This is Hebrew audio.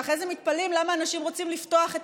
ואחרי זה מתפלאים למה אנשים רוצים לפתוח את